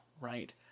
Right